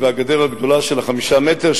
והגדר הגדולה של 5 מטרים,